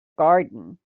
garden